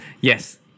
Yes